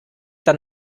dann